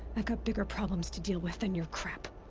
got bigger problems to deal with than your crap.